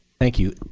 thank you.